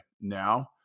now